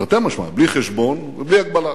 תרתי משמע, בלי חשבון ובלי הגבלה,